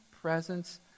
presence